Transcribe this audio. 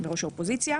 וראש האופוזיציה.